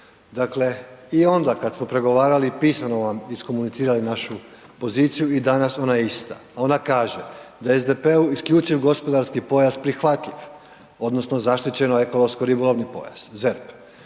Dakle, i onda kad smo pregovarali i pisano vam iskomunicirali našu poziciju i danas ona je ista, ona kaže da je SDP-u isključiv gospodarski pojas prihvatljiv odnosno zaštićen ekološko ribolovni pojas ZERP